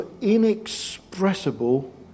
inexpressible